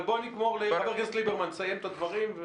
אבל בואו ניתן לחבר הכנסת ליברמן לסיים את הדברים.